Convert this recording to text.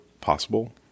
possible